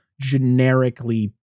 generically